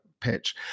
pitch